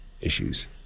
issues